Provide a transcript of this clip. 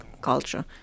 culture